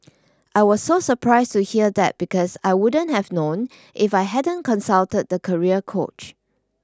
I was so surprised to hear that because I wouldn't have known if I hadn't consulted the career coach